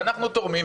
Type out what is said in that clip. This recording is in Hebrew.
ואנחנו תורמים,